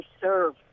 serve